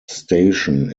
station